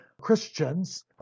Christians